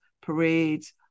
parades